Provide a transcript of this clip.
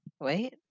Wait